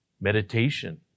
meditation